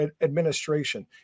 administration